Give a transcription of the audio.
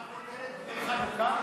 מה הכותרת, דמי חנוכה?